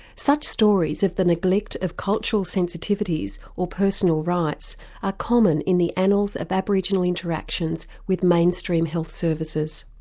such stories of the neglect of cultural sensitivities or personal rights are common in the annals of aboriginal interactions with mainstream health services.